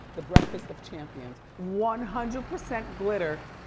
the breakfast of champions. one hundred percent glitter,